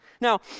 Now